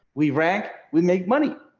we rank we make money,